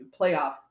playoff